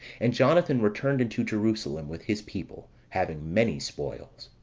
and jonathan returned into jerusalem with his people, having many spoils.